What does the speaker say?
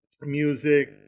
music